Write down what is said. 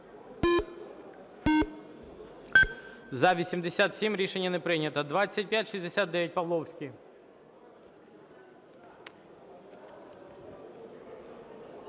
За-87 Рішення не прийнято. 2569, Павловський.